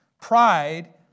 pride